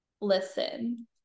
listen